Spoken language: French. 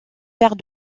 père